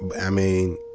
i mean,